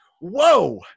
whoa